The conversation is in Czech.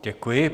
Děkuji.